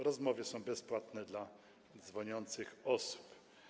Rozmowy są bezpłatne dla dzwoniących osób.